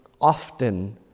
often